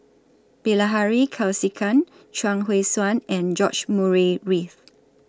Bilahari Kausikan Chuang Hui Tsuan and George Murray Reith